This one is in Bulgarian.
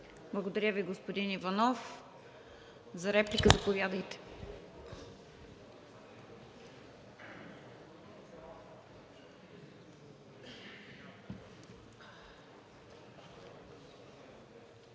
Благодаря Ви, господин Иванов. За реплика – заповядайте.